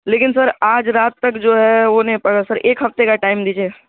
لیکن سر آج رات تک جو ہے وہ نہیں پڑا سر ایک ہفتے کا ٹائم دیجیے